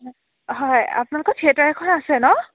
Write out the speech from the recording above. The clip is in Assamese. হয় আপোনালোকৰ থিয়েটাৰ এখন আছে ন